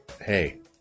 hey